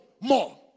More